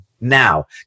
now